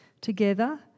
together